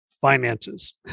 finances